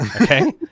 okay